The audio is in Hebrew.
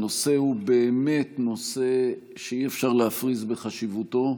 הנושא הוא באמת נושא שאי-אפשר להפריז בחשיבותו.